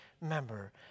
member